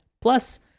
Plus